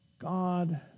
God